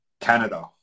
Canada